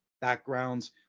backgrounds